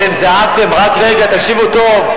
אתם זעקתם, רק רגע, תקשיבו טוב.